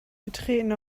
betreten